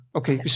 okay